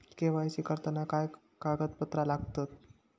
KYC करताना काय कागदपत्रा लागतत?